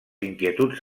inquietuds